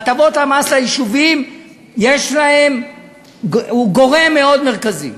הטבות המס ליישובים הן גורם מאוד מרכזי.